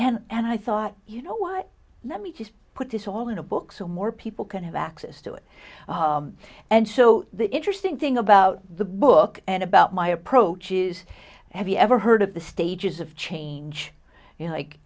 i thought you know what let me just put this all in a book so more people can have access to it and so the interesting thing about the book and about my approach is have you ever heard of the stages of change you know